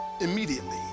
immediately